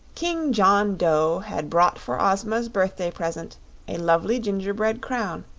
king john dough had brought for ozma's birthday present a lovely gingerbread crown,